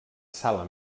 sala